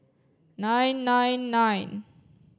nine nine nine